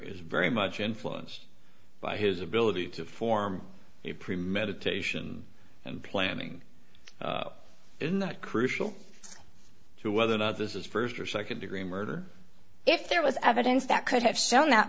is very much influenced by his ability to form a premeditation and planning in that crucial so whether or not this is first or second degree murder if there was evidence that could have shown that